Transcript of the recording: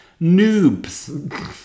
Noobs